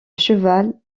cheval